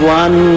one